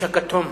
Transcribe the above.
האיש הכתום,